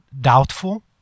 doubtful